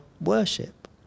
worship